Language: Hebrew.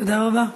תודה רבה.